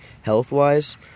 health-wise